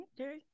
Okay